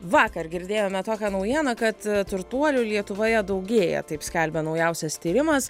vakar girdėjome tokią naujieną kad turtuolių lietuvoje daugėja taip skelbia naujausias tyrimas